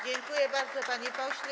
Dziękuję bardzo, panie pośle.